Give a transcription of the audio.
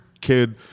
kid